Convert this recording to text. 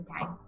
time